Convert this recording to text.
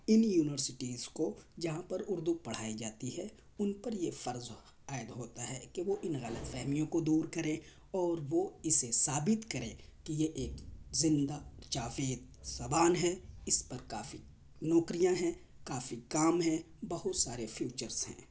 ان universities کو جہاں پر اردو پڑھائی جاتی ہے ان پر یہ فرض عائد ہوتا ہے کہ وہ ان غلط فہمیوں کو دور کریں اور وہ اسے ثابت کریں کہ یہ ایک زندہ جاوید زبان ہے اس پر کافی نوکریاں ہیں کافی کام ہیں بہت سارے فیوچرس ہیں